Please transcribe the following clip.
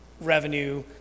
revenue